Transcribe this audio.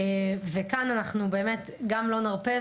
כאן אנחנו באמת גם לא נרפה,